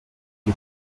you